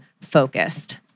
focused